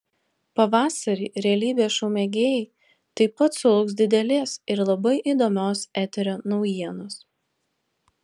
pavasarį realybės šou mėgėjai taip pat sulauks didelės ir labai įdomios eterio naujienos